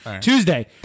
Tuesday